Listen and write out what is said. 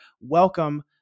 Welcome